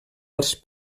als